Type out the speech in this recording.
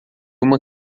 uma